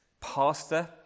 pastor